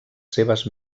seves